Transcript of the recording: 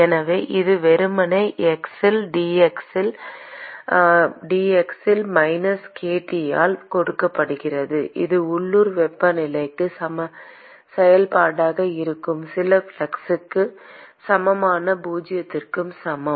எனவே அது வெறுமனே x இல் dx இல் dx ல் மைனஸ் k dT ஆல் கொடுக்கப்படுகிறது இது உள்ளூர் வெப்பநிலையின் செயல்பாடாக இருக்கும் சில ஃப்ளக்ஸ்க்கு சமமான பூஜ்ஜியத்திற்கு சமம்